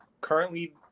currently –